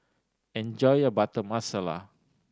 enjoy your Butter Masala